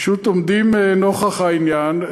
פשוט עומדים נוכח העניין.